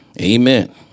Amen